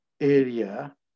area